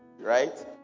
Right